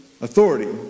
authority